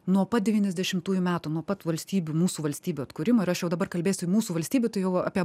nuo pat devyniasdešimtųjų metų nuo pat valstybių mūsų valstybių atkūrimo ir aš jau dabar kalbėsiu mūsų valstybių tai jau apie